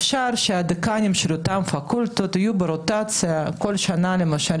אפשר שדיקני אותן פקולטות יהיו ברוטציה - כל שנה למשל